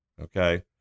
Okay